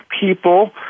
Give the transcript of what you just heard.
people